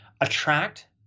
attract